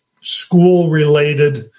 school-related